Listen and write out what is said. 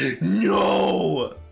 no